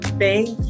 thank